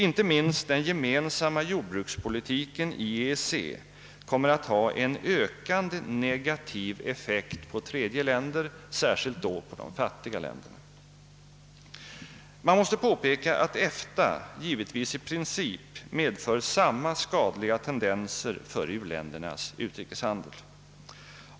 Inte minst den gemensamma jordbrukspolitiken i EEC kommer att ha en ökande negativ effekt på tredje länder, särskilt på de fattiga länderna. Man måste påpeka att EFTA givetvis i princip medför samma skadliga tentendenser för u-ländernas utrikeshandel.